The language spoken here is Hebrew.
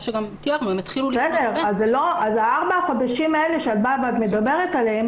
אז ארבעה החודשים שאת מדברת עליהן